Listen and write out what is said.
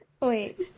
Wait